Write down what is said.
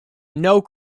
know